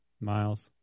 Miles